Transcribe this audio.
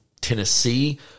Tennessee